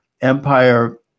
Empire